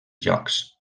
llocs